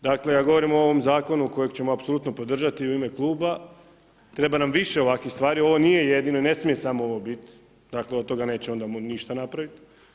Dakle, ja govorim o ovome zakonu, kojeg ćemo apsolutno podržati u ime kluba, treba nam više ovakvih stvari, ovo nije jedino i ne smije samo ovo biti, dakle, od toga neće onda ništa napraviti.